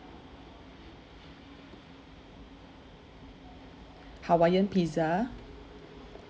hawaiian pizza